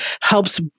helps